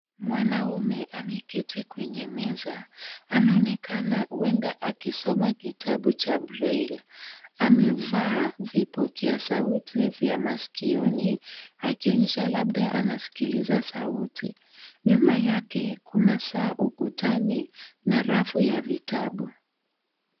Mwanaume ameketi kwenye meza ,anaonekana huenda akisoma kitabu cha breli. Amevaa vipokea sauti cha masikioni akionyesha labda anasikilza sauti. Nyuma yake kuna saa mkutano na rafu ya vitabu.